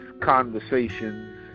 conversations